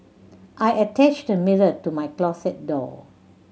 I attached a mirror to my closet door